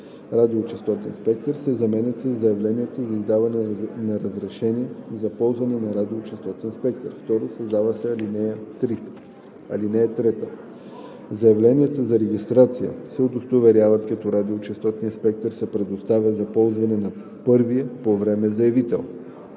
радиочестотен спектър“ се заменят със „Заявленията за издаване на разрешение за ползване на радиочестотен спектър“. 2. Създава се ал. 3: „(3) Заявленията за регистрация се удовлетворяват, като радиочестотният спектър се предоставя за ползване на първия по време заявител.“